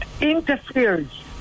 interferes